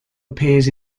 appears